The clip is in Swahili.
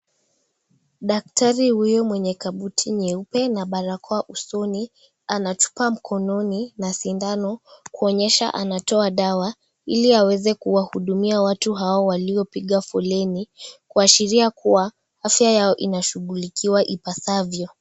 Daktari huyo mwenye kabuti nyeupe na barakoa usoni, anachukua mkononi na sindano kuonyesha anatoa dawa ili aweze kuwahudumiwa watu hao walio piga foleni Kuashiria afya yao inashughulikiwa ipasavyo.